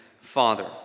Father